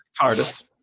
TARDIS